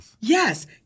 Yes